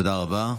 תודה רבה.